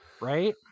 Right